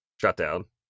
shutdown